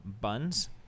Buns